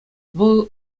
вӑл